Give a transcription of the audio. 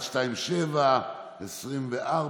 פ/2127/24,